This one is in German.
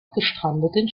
gestrandeten